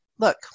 look